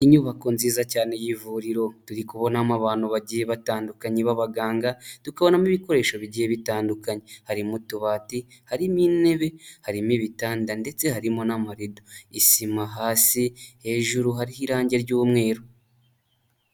Inyubako nziza cyane y'ivuriro, turi kubonamo abantu bagiye batandukanye b'abaganga, tukabonamo ibikoresho bigiye bitandukanye, harimo utubati, harimo intebe, harimo ibitanda ndetse harimo n'amarido, isima hasi, hejuru hariho irange ry'umweru.